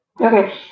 Okay